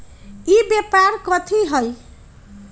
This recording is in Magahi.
ई व्यापार कथी हव?